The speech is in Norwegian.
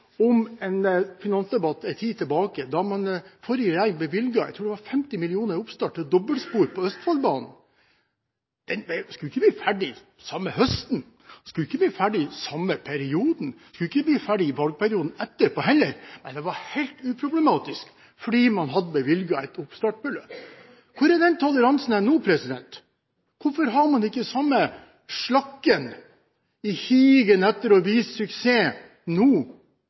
om en finansdebatt for en tid siden, da forrige regjering bevilget 50 mill. kr – tror jeg det var – til oppstart av bygging av dobbeltspor på Østfoldbanen. Det skulle ikke bli ferdig den samme høsten, det skulle ikke bli ferdig den samme perioden – det skulle heller ikke bli ferdig i valgperioden etterpå. Dette var helt uproblematisk, fordi man hadde bevilget et oppstartbeløp. Hvor er denne toleransen nå? Hvorfor har man ikke den samme «slakken» i higen etter å vise suksess nå?